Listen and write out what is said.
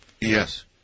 Yes